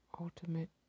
ultimate